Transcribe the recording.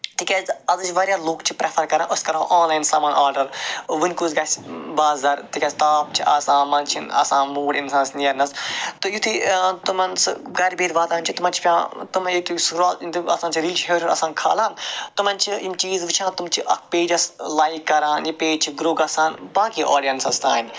تکیازِ آزٕک واریاہ واریاہ لُکھ چھِ پریٚفر کران أسۍ کرو آنلاین سامان آرڈر ونۍ کُس گَژھِ بازَر تکیازِ تاپھ چھ آسان مَنٛز چھُ نہٕ آسان موٗڑ اِنسانَس نیرنَس تہٕ یُتھُے تمن سُہ گَرِ بِہِتھ واتان چھُ تمن چھُ پیٚوان ریٖل چھ ہیوٚر ہیوٚر آسان کھالان تمن چھ یِم چیٖز وٕچھان تِم چھِ اتھ پیجَس لایک کران یہِ پیج چھ گرو گَژھان باقے آڈیَنسَس تانۍ